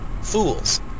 fools